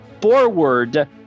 forward